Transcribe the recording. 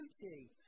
beauty